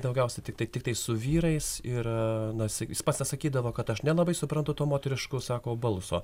daugiausia tiktai tiktai su vyrais ir na jis pats tą sakydavo kad aš nelabai suprantu to moteriško sako balso